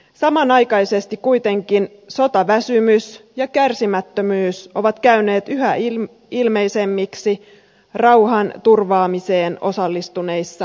samanaikaisesti kuitenkin sotaväsymys ja kärsimättömyys ovat käyneet yhä ilmeisemmiksi rauhanturvaamiseen osallistuneissa maissa